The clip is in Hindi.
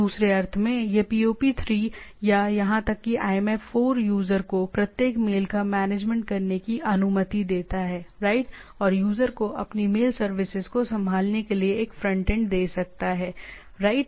दूसरे अर्थ में यह POP3 या यहां तक कि IMAP यूजर को प्रत्येक मेल का मैनेजमेंट करने की अनुमति देता है राइट और यूजर को अपनी मेल सर्विसेज को संभालने के लिए एक फ्रंटएंड दे सकता है राइट